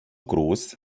groß